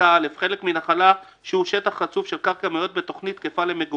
"חלקה א'" חלק מנחלה שהוא שטח רצוף של קרקע המיועד בתכנית תקפה למגורים,